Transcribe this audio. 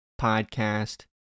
podcast